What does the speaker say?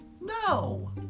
No